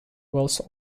roles